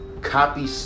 Copy